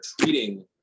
treating